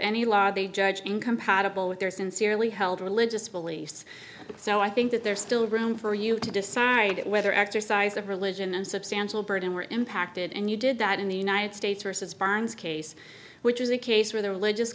any law they judged incompatible with their sincerely held religious beliefs so i think that there's still room for you to decide whether exercise of religion and substantial burden were impacted and you did that in the united states versus bonds case which is a case where the religious